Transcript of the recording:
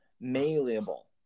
malleable